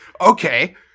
Okay